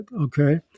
okay